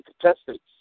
contestants